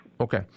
Okay